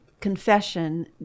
confession